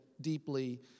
deeply